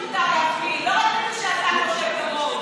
למיעוט מותר להפגין, ולא רק מי שאתה חושב כמוהו.